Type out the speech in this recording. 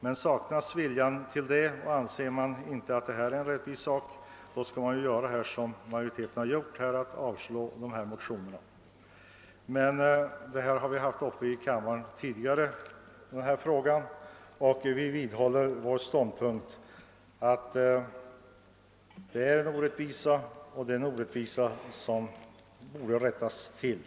Men saknas viljan, och anser man att vårt förslag inte medför någon rättvisa, skall man i likhet med utskottsmajoriteten avstyrka motionerna. Denna fråga har varit uppe tidigare i kammaren. Vi vidhåller vår ståndpunkt att det är fråga om en orättvisa som borde rättas till.